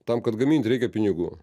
tam kad gamint reikia pinigų